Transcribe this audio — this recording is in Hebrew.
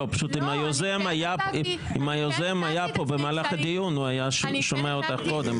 אם היוזם היה פה במהלך הדיון אז הוא היה שומע אותה קודם,